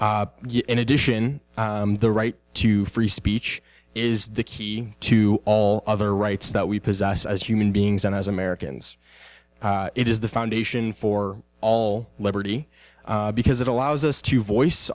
meaningless in addition the right to free speech is the key to all other rights that we possess as human beings and as americans it is the foundation for all liberty because it allows us to voice